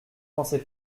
pensez